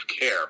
care